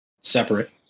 separate